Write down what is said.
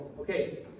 Okay